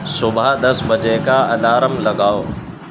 صبح دس بجے کا الارم لگاؤ